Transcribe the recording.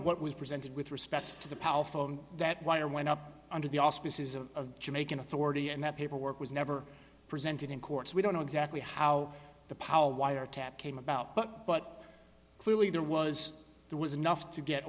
what was presented with respect to the power phone that wire went up under the auspices of a jamaican authority and that paperwork was never presented in court so we don't know exactly how the power wiretap came about but but clearly there was there was enough to get